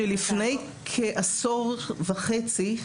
לפני כעשור וחצי,